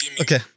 Okay